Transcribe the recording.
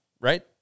right